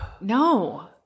no